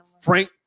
Frank